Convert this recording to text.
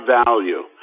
value